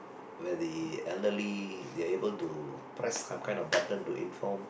where the elderly they are able to press some kind of button to inform